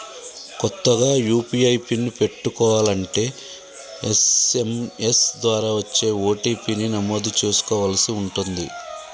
కొత్తగా UPI PIN పెట్టుకోలంటే SMS ద్వారా వచ్చే ఓ.టీ.పీ ని నమోదు చేసుకోవలసి ఉంటుంది